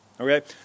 okay